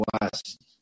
West